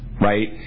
Right